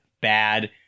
bad